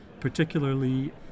particularly